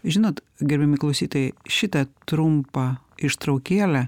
žinot gerbiami klausytojai šitą trumpą ištraukėlę